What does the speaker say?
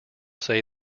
say